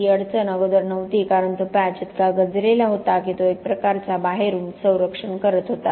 ही अडचण अगोदर नव्हती कारण तो पॅच इतका गंजलेला होता की तो एक प्रकारचा बाहेरून संरक्षण करत होता